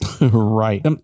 Right